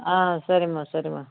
ஆ சரிம்மா சரிம்மா